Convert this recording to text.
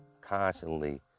constantly